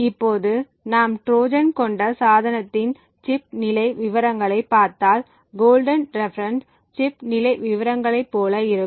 இப்போது நாம் ட்ரோஜன் கொண்ட சாதனத்தின் சிப் நிலை விவரங்களைப் பார்த்தால்கோல்டன் ரெப்பரன்ஸ் சிப் நிலை விவரங்களைப் போல இருக்கும்